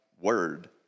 Word